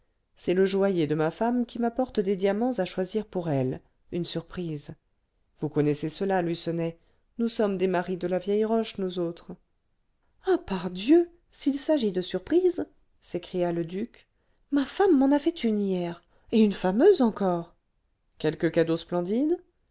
c'est le joaillier de ma femme qui m'apporte des diamants à choisir pour elle une surprise vous connaissez cela lucenay nous sommes des maris de la vieille roche nous autres ah pardieu s'il s'agit de surprise s'écria le duc ma femme m'en a fait une hier et une fameuse encore quelque cadeau splendide